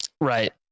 Right